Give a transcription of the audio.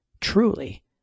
truly